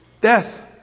death